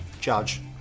Judge